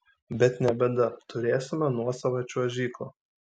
bet ne bėda turėsime nuosavą čiuožyklą